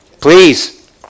Please